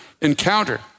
encounter